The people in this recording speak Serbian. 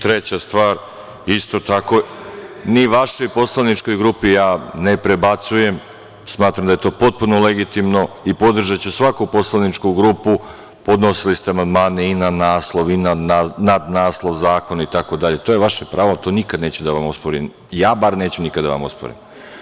Treća stvar, isto tako ni vašoj poslaničkoj grupi ne prebacujem, smatram da je to potpuno legitimno i podržaću svaku poslaničku grupu, podnosili ste amandmane i na naslov i na nadnaslov zakona itd. to je vaše pravo i to nikada neću da vam osporim, bar ja neću nikada da vam osporim.